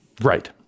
Right